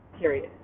Period